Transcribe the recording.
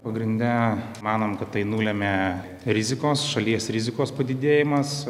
pagrinde manom kad tai nulėmė rizikos šalies rizikos padidėjimas